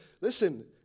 listen